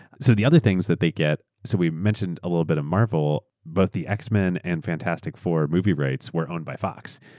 so the other things that they get, so we mentioned a little bit of marvel but the x-men and fantastic four movie rights were owned by fox.